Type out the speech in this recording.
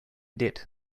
did